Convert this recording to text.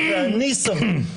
אני סבור,